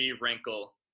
wrinkle